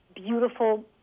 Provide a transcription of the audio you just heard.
beautiful